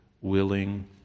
willing